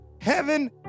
Heaven